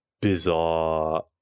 bizarre